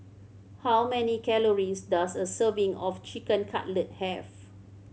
how many calories does a serving of Chicken Cutlet have